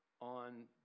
on